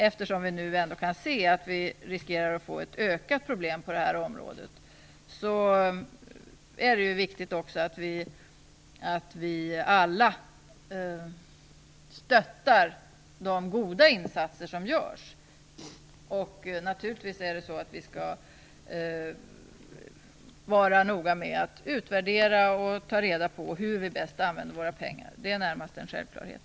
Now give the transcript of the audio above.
Eftersom vi nu ändå kan se att vi riskerar att få ett ökat problem på det här området är det också viktigt att vi alla stöttar de goda insatser som görs. Naturligtvis skall vi vara noga med att utvärdera och ta reda på hur vi bäst använder våra pengar. Det är närmast en självklarhet.